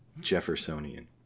Jeffersonian